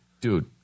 dude